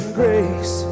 grace